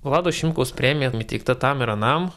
vlado šimkaus premija įteikta tam ir anam